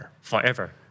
Forever